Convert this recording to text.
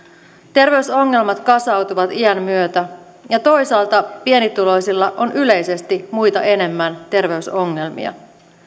terveysongelmat kasautuvat iän myötä ja toisaalta pienituloisilla on yleisesti muita enemmän terveysongelmia